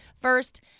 first